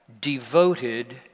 devoted